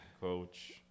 Coach